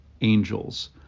angels